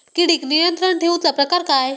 किडिक नियंत्रण ठेवुचा प्रकार काय?